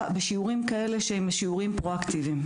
בשיעורים כאלה שהם שיעורים פרואקטיביים.